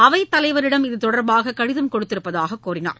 அவைத்தலைவரிடம் இதுதொடர்பாக கடிதம் கொடுத்திருப்பதாக கூறினார்